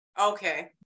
Okay